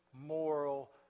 moral